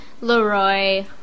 Leroy